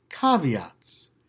Caveats